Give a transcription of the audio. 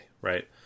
right